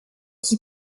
qui